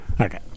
Okay